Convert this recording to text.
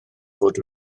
fod